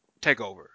TakeOver